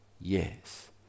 Yes